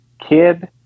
kid